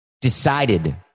decided